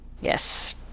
Yes